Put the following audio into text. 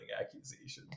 accusations